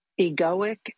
egoic